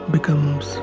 becomes